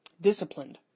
disciplined